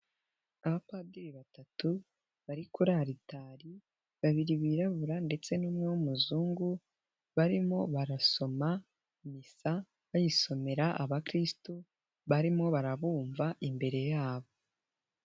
Abapadiri batatu bari kuri alitari babiri birabura ndetse n'umwe w'umuzungu, barimo barasoma misa bayisomera abakirisitu barimo barabumva imbere yabo.